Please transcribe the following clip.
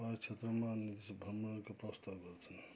पहाड क्षेत्रमा भ्रमणको प्रस्ताव गर्छन्